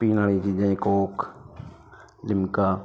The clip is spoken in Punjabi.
ਪੀਣ ਵਾਲੀ ਚੀਜ਼ਾਂ ਕੋਕ ਲਿਮਕਾ